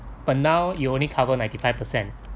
but now it will only cover ninety five percent